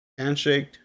Handshaked